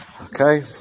Okay